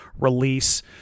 release